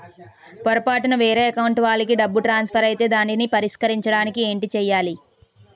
పొరపాటున వేరే అకౌంట్ వాలికి డబ్బు ట్రాన్సఫర్ ఐతే దానిని పరిష్కరించడానికి ఏంటి చేయాలి?